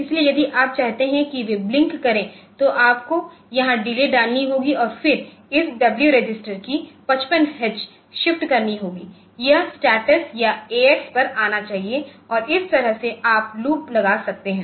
इसलिए यदि आप चाहते हैं कि वे ब्लिंक करे तो आपको यहां डिले डालनी होगी और फिर इस डब्ल्यू रजिस्टर की 55 H शिफ्ट करनी होगी यह स्टेटस या ax पर आना चाहिए और इस तरह से आप लूप लगा सकते हैं